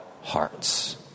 hearts